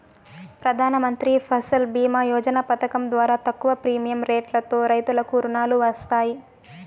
ప్రధానమంత్రి ఫసల్ భీమ యోజన పథకం ద్వారా తక్కువ ప్రీమియం రెట్లతో రైతులకు రుణాలు వస్తాయి